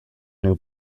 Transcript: new